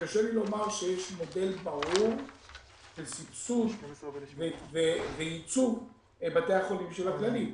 וקשה לי לומר שיש מודל ברור של סבסוד וייצוב בתי החולים של הכללית,